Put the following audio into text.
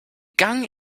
gang